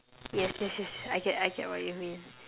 yes yes yes I get I get what you mean